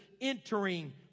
entering